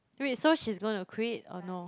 wait so she's gonna quit or no